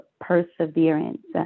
perseverance